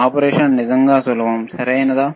operation నిజంగా సులభం సరియైనదా